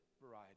variety